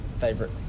favorite